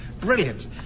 Brilliant